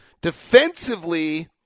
defensively